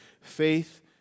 Faith